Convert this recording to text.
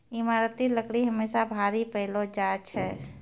ईमारती लकड़ी हमेसा भारी पैलो जा छै